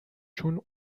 چون